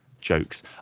jokes